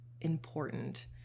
important